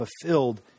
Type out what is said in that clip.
fulfilled